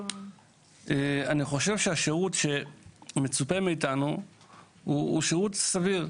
אני חושב שהשירות שמצופה מאיתנו הוא שירות סביר,